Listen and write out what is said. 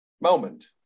moment